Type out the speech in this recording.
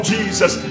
Jesus